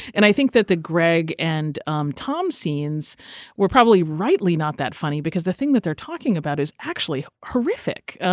and i think that the greg and um tom scenes were probably rightly not that funny because the thing that they're talking about is actually horrific.